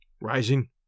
rising